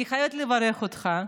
אני חייבת לברך אותך,